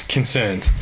Concerns